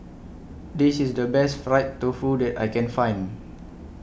This IS The Best Fried Tofu that I Can Find